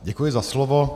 Děkuji za slovo.